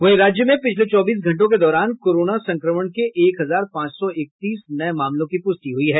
वहीं राज्य में पिछले चौबीस घंटों के दौरान कोरोना संक्रमण के एक हजार पांच सौ इकतीस नये मामलों की पुष्टि हुई है